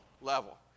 level